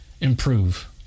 improve